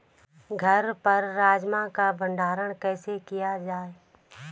घर पर राजमा का भण्डारण कैसे किया जाय?